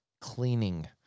cleaning